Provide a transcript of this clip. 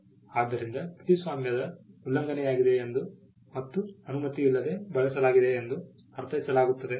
ಆದ್ದರಿಂದ ಕೃತಿಸ್ವಾಮ್ಯದ ಉಲ್ಲಂಘನೆಯಾಗಿದೆ ಎಂದು ಮತ್ತು ಅನುಮತಿಯಿಲ್ಲದೆ ಬಳಸಲಾಗಿದೆ ಎಂದು ಅರ್ಥೈಸಲಾಗುತ್ತದೆ